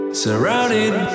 surrounded